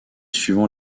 suivant